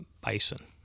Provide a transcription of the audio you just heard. bison